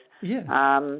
Yes